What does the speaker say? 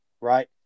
Right